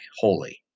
holy